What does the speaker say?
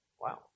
Wow